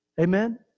Amen